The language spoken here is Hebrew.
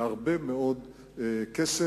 בהרבה מאוד כסף,